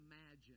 imagine